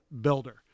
builder